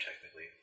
Technically